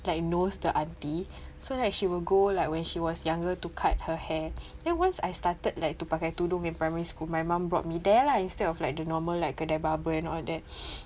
like knows the auntie so like she will go like when she was younger to cut her hair then once I started like to pakai tudung in primary school my mom brought me there lah instead of like the normal kedai barber and all that